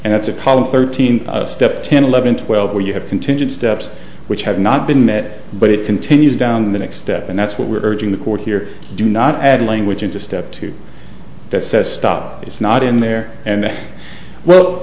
and that's a problem thirteen step ten eleven twelve where you have contingent steps which have not been met but it continues down the next step and that's what we're urging the court here do not add language into step two that says stop is not in there and